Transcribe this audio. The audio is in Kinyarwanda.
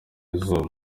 izuba